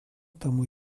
тому